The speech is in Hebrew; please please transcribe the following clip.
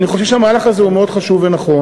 אני חושב שהמהלך הזה הוא מאוד חשוב ונכון.